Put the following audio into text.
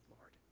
Lord